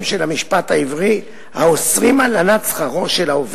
של המשפט העברי האוסרים הלנת שכרו של העובד.